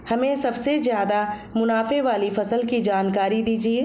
हमें सबसे ज़्यादा मुनाफे वाली फसल की जानकारी दीजिए